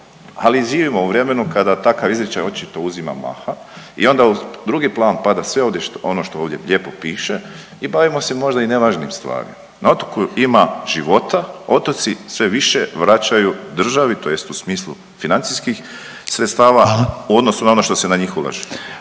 Ali živimo u vremenu kada takav izričaj očito uzima maha i onda u drugi plan pada sve ovdje što, ono što ovdje lijepo piše i bavimo se možda i nevažnim stvarima. Na otoku ima života, otoci sve više vraćaju državi, tj. u smislu financijskih sredstava .../Upadica: Hvala./... u odnosu na ono što se u njih ulaže.